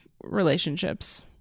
relationships